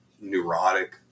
neurotic